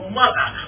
mother